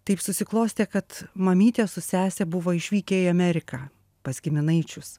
taip susiklostė kad mamytė su sese buvo išvykę į ameriką pas giminaičius